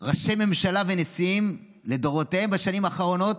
ראשי ממשלה ונשיאים לדורותיהם בשנים האחרונות,